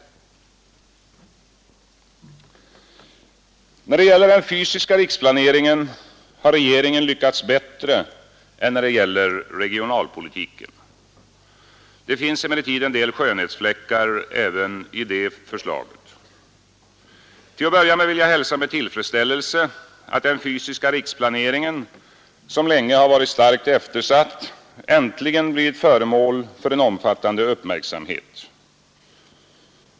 När det gäller den fysiska riksplaneringen har regeringen lyckats bättre än beträffande regionalpolitiken. Det finns emellertid en del skönhetsfläckar även i detta förslag. Till att börja med vill jag hälsa med tillfredsställelse att den fysiska riksplaneringen, som länge har varit starkt eftersatt, äntligen blivit föremål för en omfattande uppmärksamhet.